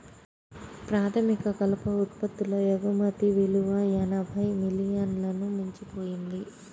ప్రాథమిక కలప ఉత్పత్తుల ఎగుమతి విలువ ఎనభై మిలియన్లను మించిపోయింది